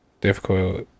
difficult